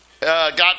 got